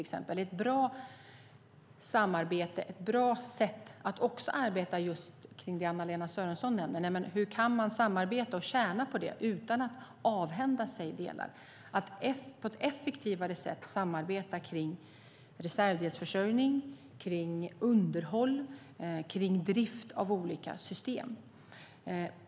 Det är ett bra samarbete, ett bra sätt att arbeta kring det Anna-Lena Sörenson nämner, nämligen hur man kan samarbeta och tjäna på det samarbetet utan att avhända sig delar, att samarbeta effektivare kring reservdelsförsörjning, underhåll och drift av olika system.